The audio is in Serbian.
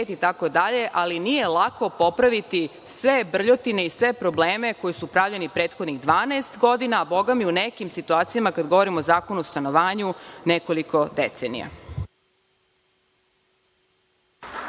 itd, ali nije lako popraviti sve brljotine i sve probleme koji su pravljeni prethodnih 12 godina, a bogami u nekim situacijama kada govorimo o Zakonu o stanovanju nekoliko decenija.